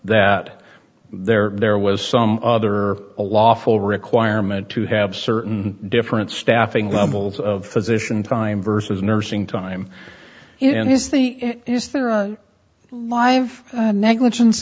that there there was some other lawful requirement to have certain different staffing levels of physician time versus nursing time in his city if there are live negligence